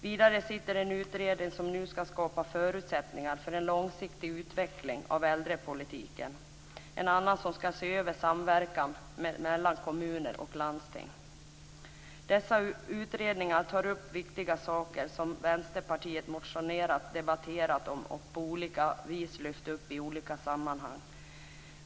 Vidare sitter nu en utredning som ska skapa förutsättningar för en långsiktig utveckling av äldrepolitiken och en annan som ska se över samverkan mellan kommuner och landsting. Dessa utredningar tar upp viktiga saker som Vänsterpartiet motionerat om och debatterat och på olika vis lyft upp i olika sammanhang.